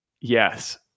Yes